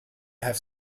have